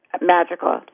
magical